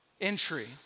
entry